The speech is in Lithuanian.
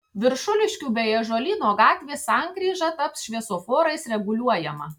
viršuliškių bei ąžuolyno gatvės sankryža taps šviesoforais reguliuojama